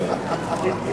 לוועדת החוץ והביטחון נתקבלה.